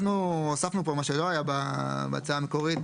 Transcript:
אנחנו הוספנו פה מה שלא היה בהצעה המקורית.